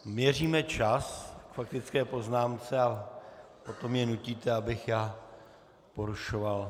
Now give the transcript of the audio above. Měříme čas k faktické poznámce, a potom mě nutíte, abych porušoval...